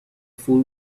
full